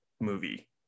movie